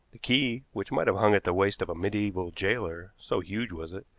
the key, which might have hung at the waist of a medieval jailer, so huge was it,